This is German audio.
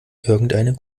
irgendeine